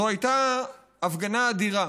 זו הייתה הפגנה אדירה